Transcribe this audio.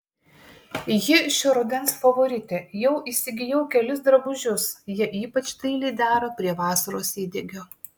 ji šio rudens favoritė jau įsigijau kelis drabužius jie ypač dailiai dera prie vasaros įdegio